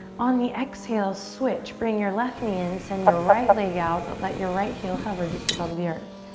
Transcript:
on the exhale, switch. bring your left knee in, send your right leg out, but let your right heel hover just above the earth.